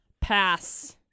Pass